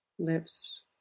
lips